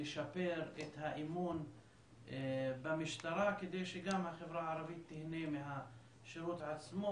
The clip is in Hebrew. לשפר את האמון במשטרה כדי שגם החברה הערבית תיהנה מהשירות עצמו.